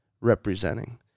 representing